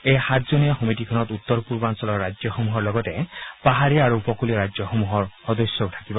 এই সাতজনীয়া সমিতিখনত উত্তৰ পূৰ্বাঞ্চলৰ ৰাজ্যসমূহৰ লগতে পাহাৰীয়া আৰু উপকূলীয় ৰাজ্যসমূহৰ সদস্যও থাকিব